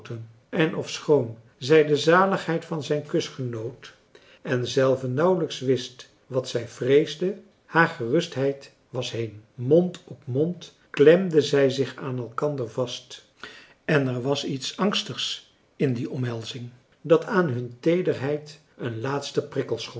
en ofschoon zij de zaligheid van zijn kus genoot en zelve nauwelijks wist wat zij vreesde haar gerustheid was heen mond op mond klemden zij zich aan elkander vast en er was iets angstigs in die omhelzing dat aan hun teederheid een laatsten prikkel